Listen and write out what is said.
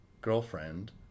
girlfriend